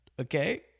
Okay